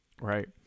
Right